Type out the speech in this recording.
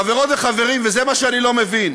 חברות וחברים, וזה מה שאני לא מבין,